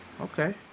Okay